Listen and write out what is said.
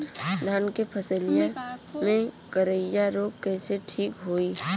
धान क फसलिया मे करईया रोग कईसे ठीक होई?